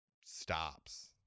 stops